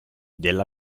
della